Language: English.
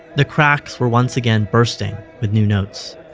the cracks were once again bursting with new notes